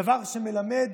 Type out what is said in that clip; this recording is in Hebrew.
דבר שמלמד